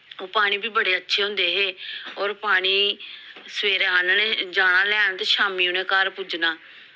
ओह् पानी बी बड़े अच्छे होंदे हे होर पानी सवेरे आंह्न्ने जाना लेआन ते शामीं उ'नें घर पुज्जना